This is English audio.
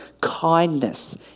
kindness